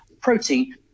protein